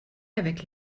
avec